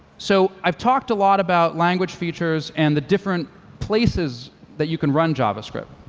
so i've talked a lot about language features and the different places that you can run javascript.